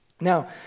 Now